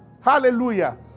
Hallelujah